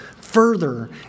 further